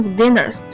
dinners